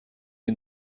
این